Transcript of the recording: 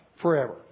Forever